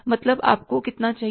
मतलब आपको कितना चाहिए